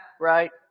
right